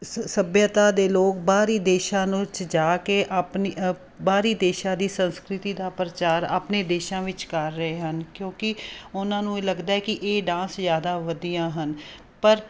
ਸ ਸੱਭਿਅਤਾ ਦੇ ਲੋਕ ਬਾਹਰੀ ਦੇਸ਼ਾਂ ਨੂੰ ਵਿੱਚ ਜਾ ਕੇ ਆਪਣੀ ਬਾਹਰੀ ਦੇਸ਼ਾਂ ਦੀ ਸੰਸਕ੍ਰਿਤੀ ਦਾ ਪ੍ਰਚਾਰ ਆਪਣੇ ਦੇਸ਼ਾਂ ਵਿਚ ਕਰ ਰਹੇ ਹਨ ਕਿਉਂਕਿ ਉਹਨਾਂ ਨੂੰ ਇਹ ਲੱਗਦਾ ਕਿ ਇਹ ਡਾਂਸ ਜ਼ਿਆਦਾ ਵਧੀਆਂ ਹਨ ਪਰ